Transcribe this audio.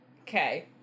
Okay